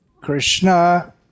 Krishna